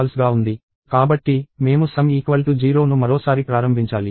కాబట్టి మేము sum0 ను మరోసారి ప్రారంభించాలి